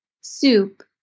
soup